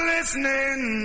Listening